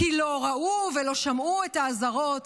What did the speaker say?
כי לא ראו ולא שמעו את האזהרות,